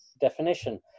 definition